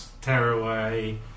Tearaway